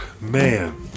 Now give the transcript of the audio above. man